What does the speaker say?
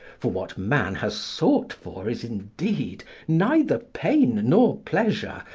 for what man has sought for is, indeed, neither pain nor pleasure,